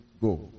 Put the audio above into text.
go